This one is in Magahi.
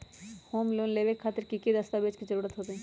होम लोन लेबे खातिर की की दस्तावेज के जरूरत होतई?